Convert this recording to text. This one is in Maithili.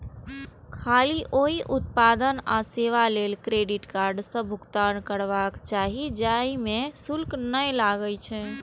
खाली ओइ उत्पाद आ सेवा लेल क्रेडिट कार्ड सं भुगतान करबाक चाही, जाहि मे शुल्क नै लागै छै